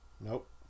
Nope